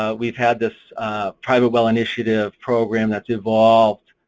ah we've had this private well initiative program that's evolved,